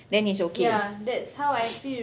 then is okay